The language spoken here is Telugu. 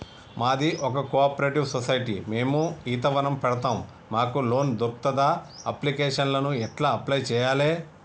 మాది ఒక కోఆపరేటివ్ సొసైటీ మేము ఈత వనం పెడతం మాకు లోన్ దొర్కుతదా? అప్లికేషన్లను ఎట్ల అప్లయ్ చేయాలే?